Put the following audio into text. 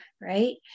Right